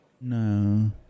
No